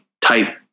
type